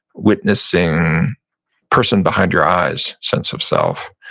witnessing person behind your eyes, sense of self.